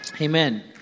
Amen